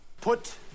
Put